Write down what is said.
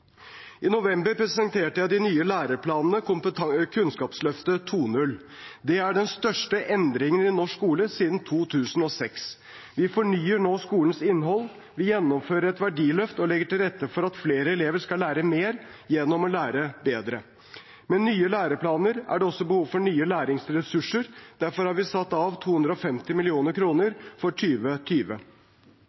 I november presenterte jeg de nye læreplanene, Kunnskapsløftet 2.0. Det er den største endringen i norsk skole siden 2006. Vi fornyer nå skolens innhold. Vi gjennomfører et verdiløft og legger til rette for at flere elever skal lære mer gjennom å lære bedre. Med nye læreplaner er det også behov for nye læringsressurser. Derfor har vi satt av 250 mill. kr for